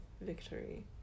victory